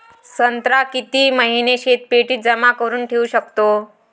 संत्रा किती महिने शीतपेटीत जमा करुन ठेऊ शकतो?